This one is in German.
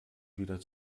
wieder